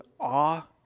awe